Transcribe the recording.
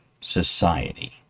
society